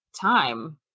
time